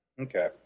Okay